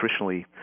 nutritionally